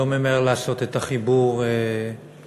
לא ממהר לעשות את החיבור למציאות.